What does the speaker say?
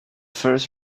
first